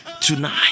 tonight